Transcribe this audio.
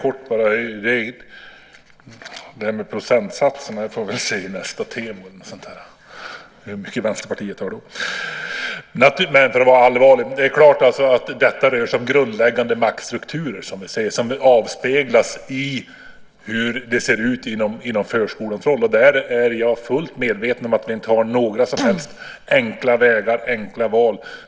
Fru talman! Procentsatserna för Vänsterpartiet får vi väl se i nästa Temo. Men - för att vara allvarlig - det är klart att detta rör sig om grundläggande maktstrukturer som avspeglas i hur det ser ut inom förskolan. Jag är fullt medveten om att vi inte har några som helst enkla vägar eller enkla val.